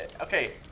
Okay